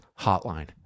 hotline